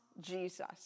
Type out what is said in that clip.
Jesus